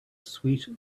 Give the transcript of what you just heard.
sweet